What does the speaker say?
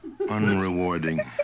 unrewarding